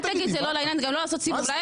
זה לא לעניין.